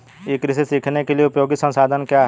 ई कृषि सीखने के लिए उपयोगी संसाधन क्या हैं?